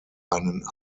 einen